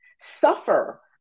suffer